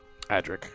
Adric